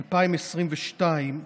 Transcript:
2022,